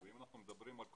אם אנחנו מדברים על קורונה,